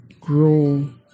grow